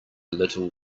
little